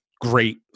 great